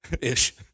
Ish